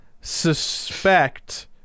suspect